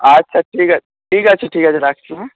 আচ্ছা ঠিক আছে ঠিক আছে ঠিক আছে রাখছি হ্যাঁ